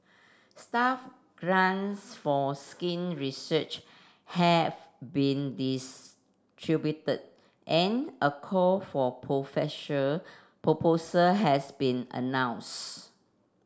staff grants for skin research have been distributed and a call for profession proposal has been announced